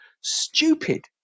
stupid